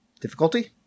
Difficulty